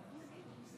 והיום,